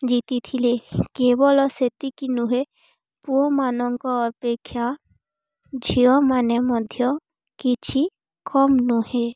ଜିତି ଥିଲେ କେବଳ ସେତିକି ନୁହେଁ ପୁଅମାନଙ୍କ ଅପେକ୍ଷା ଝିଅମାନେ ମଧ୍ୟ କିଛି କମ୍ ନୁହେଁ